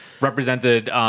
represented